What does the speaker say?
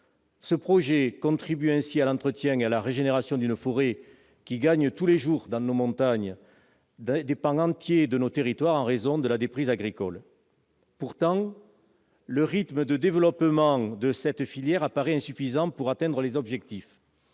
Ce projet participe ainsi à l'entretien et à la régénération d'une forêt, qui gagne tous les jours dans nos montagnes des pans entiers de nos territoires, en raison de la déprise agricole. Pourtant, le rythme de développement de cette filière paraît insuffisant pour atteindre les objectifs.